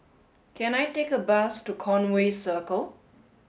can I take a bus to Conway Circle